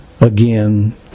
again